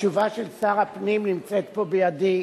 התשובה של שר הפנים נמצאת פה בידי.